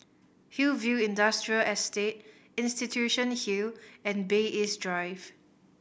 Hillview Industrial Estate Institution Hill and Bay East Drive